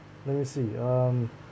let me see um